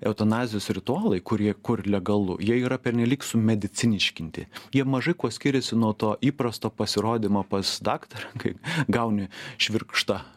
eutanazijos ritualai kurie kur legalu jie yra pernelyg sumediciniškinti jie mažai kuo skiriasi nuo to įprasto pasirodymo pas daktarą kai gauni švirkštą